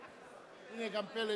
איננה נוכחת איוב קרא,